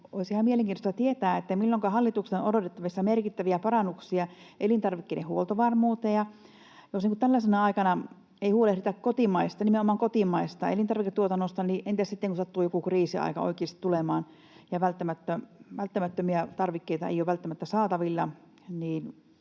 ihan mielenkiintoista tietää, milloinka hallitukselta on odotettavissa merkittäviä parannuksia elintarvikkeiden huoltovarmuuteen, ja jos tällaisena aikana ei huolehdita kotimaisesta, nimenomaan kotimaisesta, elintarviketuotannosta, niin entäs sitten kun sattuu joku kriisiaika oikeasti tulemaan ja välttämättömiä tarvikkeita ei ole välttämättä saatavilla